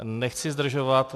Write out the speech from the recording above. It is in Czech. Nechci zdržovat.